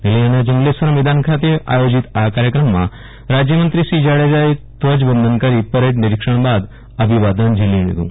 નલીયાના જંગલેશ્વર મેદાન ખાતે આયોજિત આ કાર્યક્રમમાં રાજ્યમંત્રી શ્રી જાડેજાએ ધ્વજવંદન કરી પરેડ નિરીક્ષણ બાદ જનમેદનીનું અભિવાદન ઝીલ્યું હતું